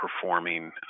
performing